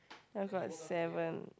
here got seven